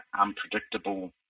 unpredictable